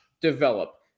develop